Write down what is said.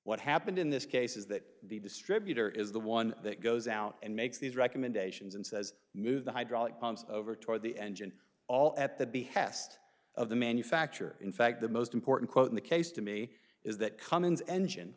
what happened in this case is that the distributor is the one that goes out and makes these recommendations and says move the hydraulic pumps over toward the engine all at the behest of the manufacturer in fact the most important quote in the case to me is that cummins engine